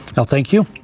and thank you